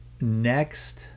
next